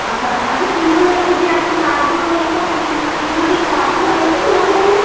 আচ্ছা আচ্ছা আর যে কেবল লাইনের যে এখন তারগুলো ইয়ে করছে সেগুলো কি কাজগুলো হয়েছে তোমাদের ওখানে